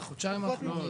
על החודשיים האחרונים?